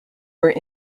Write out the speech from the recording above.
were